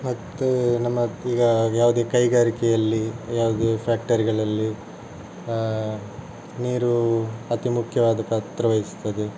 ಮತ್ತು ನಮ ಈಗ ಯಾವುದೇ ಕೈಗಾರಿಕೆಯಲ್ಲಿ ಯಾವುದೇ ಫ್ಯಾಕ್ಟರಿಗಳಲ್ಲಿ ನೀರು ಅತಿ ಮುಖ್ಯವಾದ ಪಾತ್ರವಹಿಸ್ತದೆ